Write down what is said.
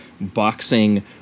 boxing